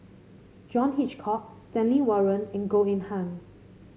John Hitchcock Stanley Warren and Goh Eng Han